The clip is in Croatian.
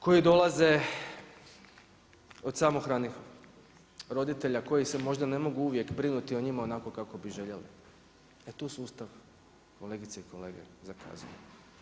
Koji dolaze od samohranih roditelja koji se možda ne mogu uvijek brinuti o njima onako kao bi željeli, e tu sustav, kolegice i kolege, zakazuje.